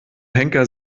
henker